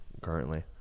currently